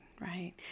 right